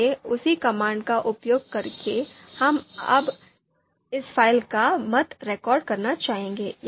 फिर से उसी कमांड का उपयोग करके अब हम इस फाइल का पथ रिकॉर्ड करना चाहेंगे